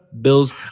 Bills